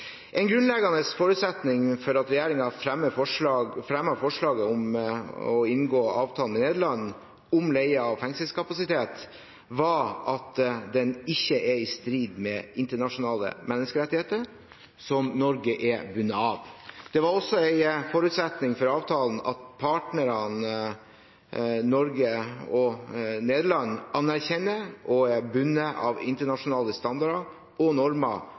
En grunnleggende forutsetning for at regjeringen fremmet forslaget om å inngå avtalen med Nederland om leie av fengselskapasitet, var at den ikke er i strid med internasjonale menneskerettigheter, som Norge er bundet av. Det var også en forutsetning for avtalen at partene, Nederland og Norge, anerkjenner og er bundet av internasjonale standarder og normer